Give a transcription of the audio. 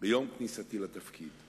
ביום כניסתי לתפקיד.